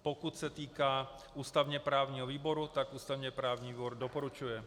Pokud se týká ústavněprávního výboru, tak ústavněprávní výbor doporučuje.